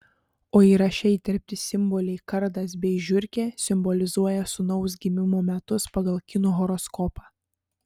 o įraše įterpti simboliai kardas bei žiurkė simbolizuoja sūnaus gimimo metus pagal kinų horoskopą